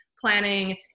planning